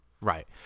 Right